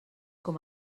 com